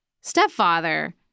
stepfather